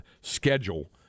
schedule